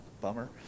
bummer